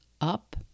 up